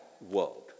world